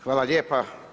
Hvala lijepa.